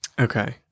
Okay